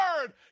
word